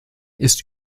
ist